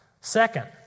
Second